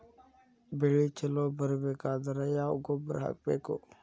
ಬೆಳಿ ಛಲೋ ಬರಬೇಕಾದರ ಯಾವ ಗೊಬ್ಬರ ಹಾಕಬೇಕು?